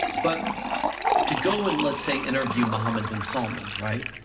but to go and let's say interview mohammed bin salman, right?